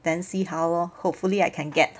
then see how lor hopefully I can get